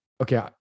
okay